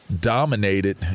dominated